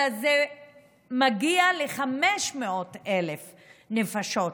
אלא זה מגיע ל-500,000 נפשות,